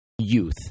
youth